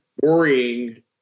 worrying